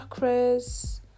chakras